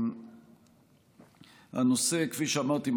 כפי שאמרתי,